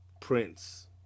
Prince